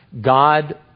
God